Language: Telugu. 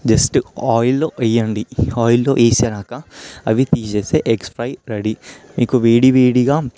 జస్ట్ ఆయిల్లో వేయండి ఆయిల్లో వేసాక అవి తీసేస్తే ఎగ్స్ ఫ్రై రెడీ మీకు వేడి వేడిగా